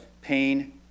pain